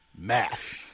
math